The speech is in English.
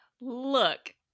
Look